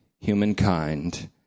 humankind